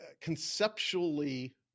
conceptually